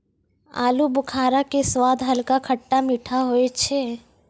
आलूबुखारा के स्वाद हल्का खट्टा मीठा होय छै